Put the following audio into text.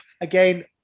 again